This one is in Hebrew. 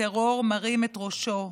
הטרור מרים את ראשו,